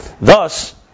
thus